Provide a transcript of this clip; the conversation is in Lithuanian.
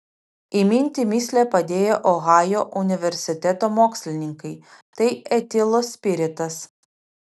įminti mįslę padėjo ohajo universiteto mokslininkai tai etilo spiritas